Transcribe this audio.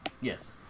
Yes